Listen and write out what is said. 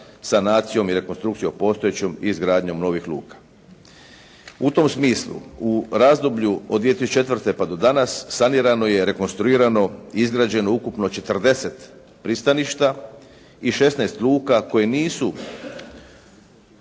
sanacijom i rekonstrukcijom postojećih i izgradnjom novih luka. U tom smislu, u razdoblju od 2004. pa do danas sanirano je i rekonstruirano i izgrađeno ukupno 40 pristaništa i 16 luka koje nisu